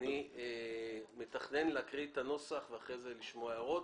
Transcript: אני מתכנן להקריא את הנוסח ואחר כך לשמוע הערות.